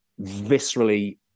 viscerally